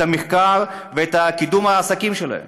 את המחקר ואת קידום העסקים שלהן.